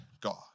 God